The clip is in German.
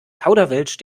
kauderwelsch